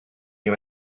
you